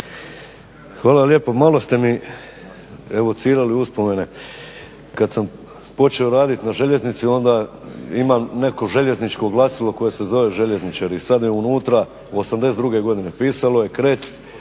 Hvala lijepo. Malo ste mi evocirali uspomene. Kad sam počeo raditi na željeznici onda ima neko željezničko glasilo koje se zvalo "Željezničar". I sad je unutra, '82. godine, pisalo je kreće